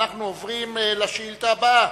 אנחנו עוברים לשאילתא הבאה: